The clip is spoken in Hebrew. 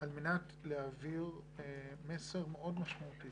על מנת להעביר מסר מאוד משמעותי,